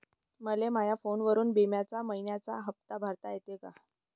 मले माया फोनवरून बिम्याचा मइन्याचा हप्ता भरता येते का?